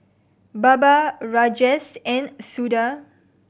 Baba Rajesh and Suda